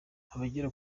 abagera